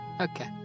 Okay